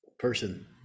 person